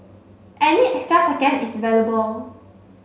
any extra second is valuable